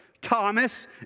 Thomas